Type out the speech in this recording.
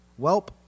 welp